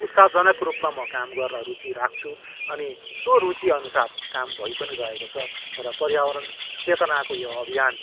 उत्सााहजनक रुपमा म काम गर्न रुचि राख्छु अनि सो रुचिअनुसार काम भई पनि रहेको छ र पर्यावरण चेतनाको यो अभियान